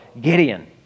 Gideon